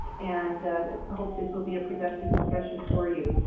and hope this will be a productive discussion for you.